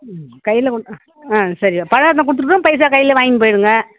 ம் கையில் கொடுத் ஆ சரி பழம் இருந்தால் கொடுத்துட்டுக்கூட பைசா கையில் வாங்கிட்டு போயிடுங்க